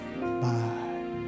bye